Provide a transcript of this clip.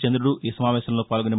చంద్రుడు ఈ సమావేశంలో పాల్గొని